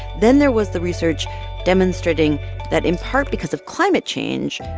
then there was the research demonstrating that in part because of climate change,